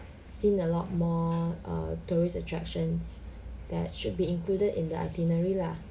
seen a lot more err tourist attractions that should be included in the itinerary lah